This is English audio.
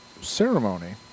ceremony